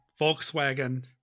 Volkswagen